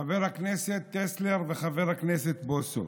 חבר הכנסת טסלר וחבר הכנסת בוסו,